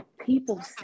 people